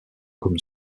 comme